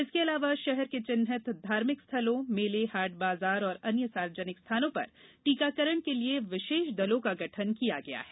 इसके अलावा शहर के चिन्हित धार्मिक स्थलों मेले हाट बाजार और अन्य सार्वजनिक स्थानों पर टीकाकरण के लिए विषेष दलों का गठन किया गया है